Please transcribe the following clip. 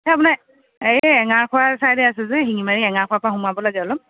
এ আপোনাৰ এই এঙাৰখোৱা চাইডে আছে যে শিঙিমাৰি এঙাৰখোৱাৰ পৰা সোমাব লাগে অলপ